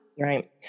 Right